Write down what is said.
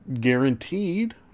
guaranteed